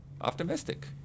optimistic